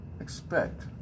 expect